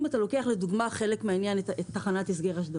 אם אתה לוקח לדוגמה את תחנת הסגר אשדוד,